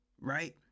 right